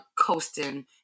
coasting